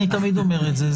אני תמיד אומר את זה.